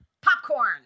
Popcorn